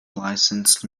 licensed